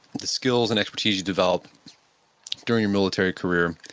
the skills and expertise you developed during your military career,